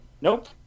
Nope